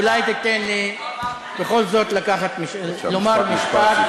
אולי תיתן לי בכל זאת לומר משפט.